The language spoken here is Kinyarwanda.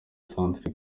centre